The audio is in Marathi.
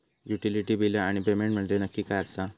युटिलिटी बिला आणि पेमेंट म्हंजे नक्की काय आसा?